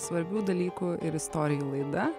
svarbių dalykų ir istorijų laida